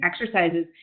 exercises